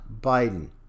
biden